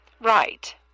Right